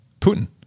Putin